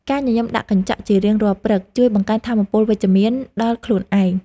ការញញឹមដាក់កញ្ចក់ជារៀងរាល់ព្រឹក ជួយបង្កើនថាមពលវិជ្ជមានដល់ខ្លួនឯង។